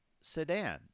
sedan